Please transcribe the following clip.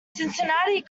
cincinnati